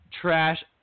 trash